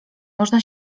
można